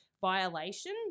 Violation